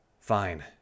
Fine